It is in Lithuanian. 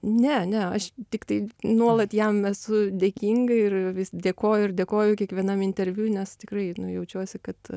ne ne aš tiktai nuolat jam esu dėkinga ir vis dėkoju ir dėkoju kiekvienam interviu nes tikrai jaučiuosi kad